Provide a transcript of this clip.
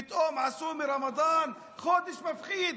פתאום עשו מרמדאן חודש מפחיד.